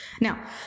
Now